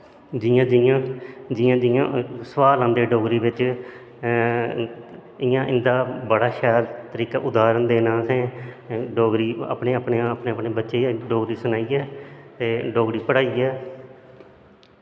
जियां जियां सोआल आंदे डोगरी बिच्च इयां इंदा बड़ा शैल उदाह्ॅरन देना असैं डोगरी अपनें अपनें बच्चें गी सनाईयै ते डोगरी पढ़ाईयै